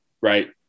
right